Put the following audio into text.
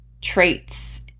traits